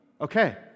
Okay